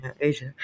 Asia